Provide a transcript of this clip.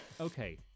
Okay